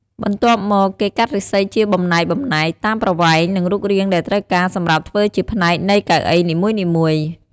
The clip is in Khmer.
បន្ទាប់មក គេកាត់ឫស្សីជាបំណែកៗ តាមប្រវែងនិងរូបរាងដែលត្រូវការសម្រាប់ធ្វើជាផ្នែកនៃកៅអីនីមួយៗ។